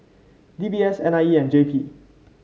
D B S N I E and J P